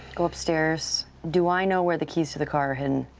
go upstairs. do i know where the keys to the car are hidden?